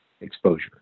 exposure